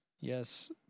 Yes